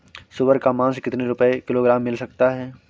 सुअर का मांस कितनी रुपय किलोग्राम मिल सकता है?